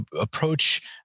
approach